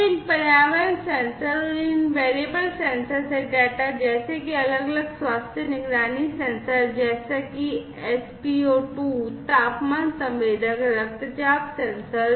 तो इन पर्यावरण सेंसर और इन variable सेंसर से डेटा जैसे कि अलग अलग स्वास्थ्य निगरानी सेंसर जैसे कि spo2 तापमान संवेदक रक्तचाप सेंसर